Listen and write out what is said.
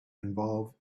involve